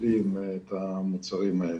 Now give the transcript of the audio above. מפעילים את המוצרים האלה.